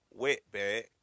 wetback